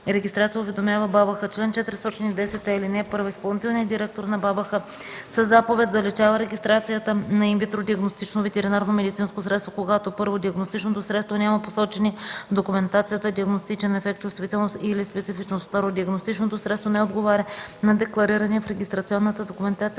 регистрация уведомява БАБХ. Чл. 410е. (1) Изпълнителният директор на БАБХ със заповед заличава регистрацията на инвитро диагностично ветеринарномедицинско средство, когато: 1. диагностичното средство няма посочения в документацията диагностичен ефект, чувствителност и/или специфичност; 2. диагностичното средство не отговаря на декларирания в регистрационната документация